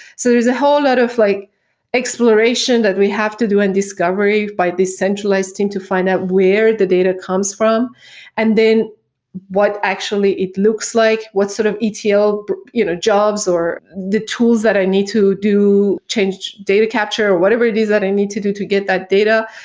so there's a whole lot of like exploration that we have to do in discovery by this centralized team to find out where the data comes from and then what actually it looks like. what sort of etl you know jobs or the tools that i need to do? change data capture or whatever it is that i need to do to get that data.